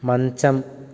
మంచం